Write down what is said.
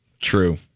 True